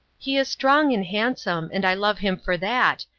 he is strong and handsome, and i love him for that,